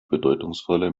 bedeutungsvoller